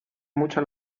mucho